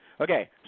Okay